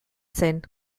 zen